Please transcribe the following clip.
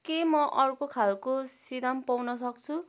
के म अर्को खालको सिरम पाउन सक्छु